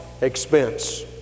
expense